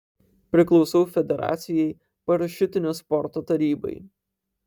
priklausau federacijai parašiutinio sporto tarybai